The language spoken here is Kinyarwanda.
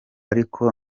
ariko